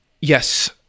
yes